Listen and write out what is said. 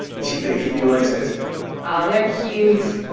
she couldn't keep me away since oh, they're cute.